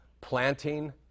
planting